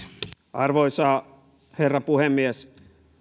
arvoisa herra puhemies